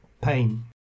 pain